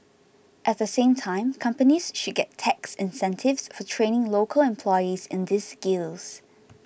at the same time companies should get tax incentives for training local employees in these skills